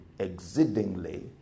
exceedingly